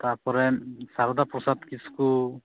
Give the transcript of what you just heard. ᱛᱟᱨᱯᱚᱨᱮ ᱥᱟᱨᱚᱫᱟ ᱯᱨᱚᱥᱟᱫ ᱠᱤᱥᱠᱩ